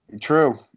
True